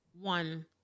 one